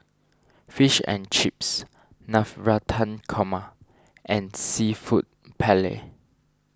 Fish and Chips Navratan Korma and Seafood Paella